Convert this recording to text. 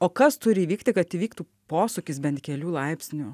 o kas turi įvykti kad įvyktų posūkis bent kelių laipsnių